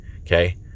Okay